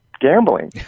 gambling